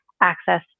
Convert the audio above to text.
access